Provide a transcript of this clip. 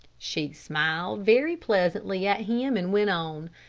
she smiled very pleasantly at him and went on.